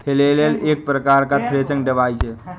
flail एक प्रकार का थ्रेसिंग डिवाइस है